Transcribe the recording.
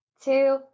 two